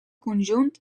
conjunt